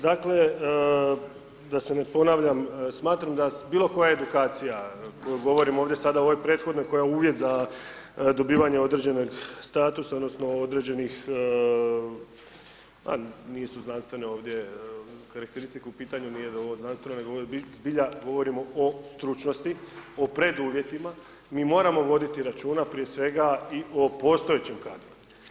Dakle, da se ne ponavljam, smatram da bilo koja edukacija, govorim ovdje sada o ovoj prethodnoj koja je uvjet za dobivanje određenog statusa odnosno određenih, a nisu znanstvene ovdje karakteristike u pitanju, nije da je ovo znanstveno, nego ovo je zbilja, govorimo o stručnosti, o preduvjetima, mi moramo voditi računa prije svega i o postojećem kadru.